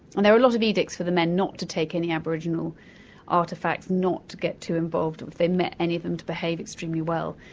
and there were a lot of edicts for the men not to take any aboriginal artefacts, not to get too involved and if they met any of them to behave extremely well.